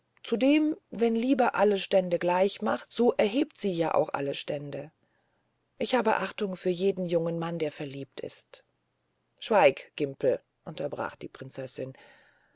zudem wenn liebe alle stände gleich macht so erhebt sie ja auch alle stände ich habe achtung für jeden jungen mann der verliebt ist schweig gimpel unterbrach sie die prinzessin